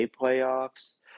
playoffs